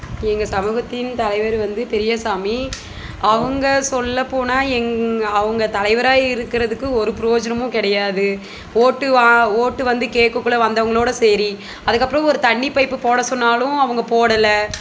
எங்கள் சமூகத்தின் தலைவர் வந்து பெரியசாமி அவங்க சொல்ல போனால் எங் அவங்க தலைவரா இருக்கிறதுக்கு ஒரு ப்ரோஜனமும் கிடையாது ஓட்டு வா ஓட்டு வந்து கேட்கக்குள்ள வந்தவங்களோட சரி அதுக்கப்பறம் ஒரு தண்ணி பைப்பு போட சொன்னாலும் அவங்க போடல